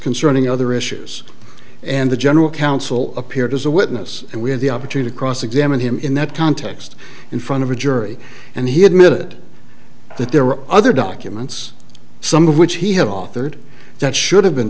concerning other issues and the general counsel appeared as a witness and we had the opportunity to cross examine him in that context in front of a jury and he admitted that there were other documents some of which he had authored that should have been